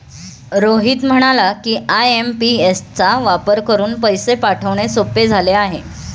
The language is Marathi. रोहित म्हणाला की, आय.एम.पी.एस चा वापर करून पैसे पाठवणे सोपे झाले आहे